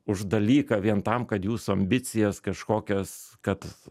už dalyką vien tam kad jūsų ambicijas kažkokias kad